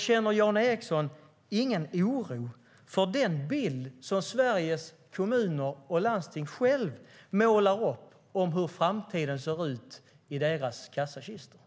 Känner Jan Ericson ingen oro för den bild som Sveriges kommuner och landsting målar upp av framtiden och hur det ser ut i deras kassakistor?